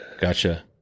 Gotcha